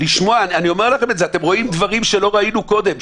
אני אומר לכם, אתם רואים דברים שלא ראינו קודם.